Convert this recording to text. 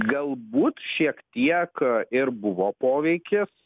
galbūt šiek tiek ir buvo poveikis